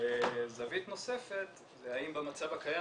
זווית נוספת זה האם במצב הקיים